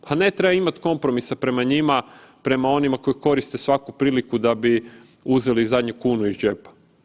Pa ne treba imati kompromisa prema njima, prema onima koji koriste svaku priliku da bi uzeli i zadnju kunu iz džepa.